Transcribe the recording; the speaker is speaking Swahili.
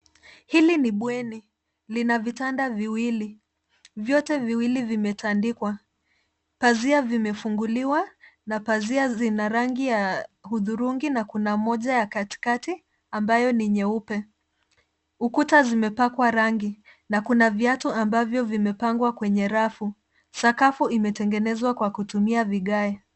Hili ni bweni. Lina vitanda viwili . Vyote viwili vimetandikwa . Pazia vimefunguliwa na pazia zina rangi ya hudhurungi na kuna moja ya katikati ambayo ni nyeupe. Ukuta zimepakwa rangi na kuna viatu ambavyo vimepangwa kwenye rafu. Sakafu imetengenezwa kwa kutumia vigae.